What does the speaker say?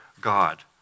God